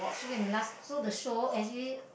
okay we last so the show actually